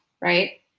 right